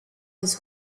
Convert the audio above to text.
his